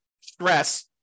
stress